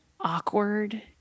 awkward